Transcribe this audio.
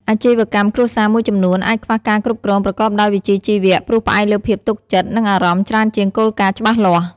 អាជីវកម្មគ្រួសារមួយចំនួនអាចខ្វះការគ្រប់គ្រងប្រកបដោយវិជ្ជាជីវៈ ព្រោះផ្អែកលើភាពទុកចិត្ត និងអារម្មណ៍ច្រើនជាងគោលការណ៍ច្បាស់លាស់។